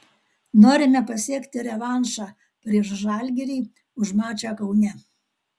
norime pasiekti revanšą prieš žalgirį už mačą kaune